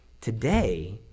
Today